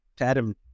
Adam